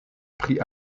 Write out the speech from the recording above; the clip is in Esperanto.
pri